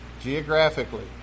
geographically